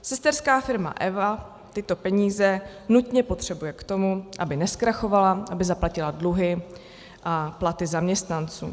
Sesterská firma Eva tyto peníze nutně potřebuje k tomu, aby nezkrachovala, aby zaplatila dluhy a platy zaměstnanců.